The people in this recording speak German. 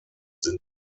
sind